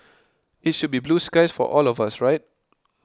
it should be blue skies for all of us right